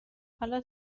حالا